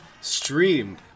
stream